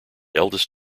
eldest